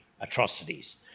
atrocities